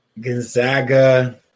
Gonzaga